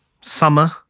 summer